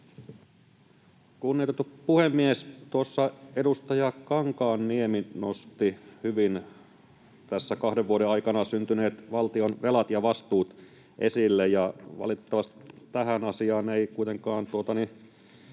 Kunnioitettu puhemies! Edustaja Kankaanniemi nosti hyvin tässä esille kahden vuoden aikana syntyneet valtion velat ja vastuut, ja valitettavasti tähän asiaan ei kuitenkaan